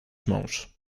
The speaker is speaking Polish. mąż